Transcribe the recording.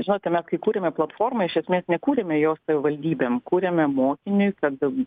žinote mes kai kūrėme platformą iš esmės nekūrėme jos savivaldybėm kurėme mokiniui kad